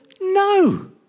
No